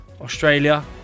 Australia